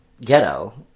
ghetto